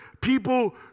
people